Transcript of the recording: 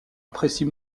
apprécie